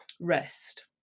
rest